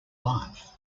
life